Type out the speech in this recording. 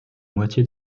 moitié